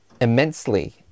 Immensely